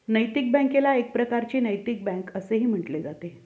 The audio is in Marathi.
नैतिक बँकेला एक प्रकारची नैतिक बँक असेही म्हटले जाते